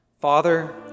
Father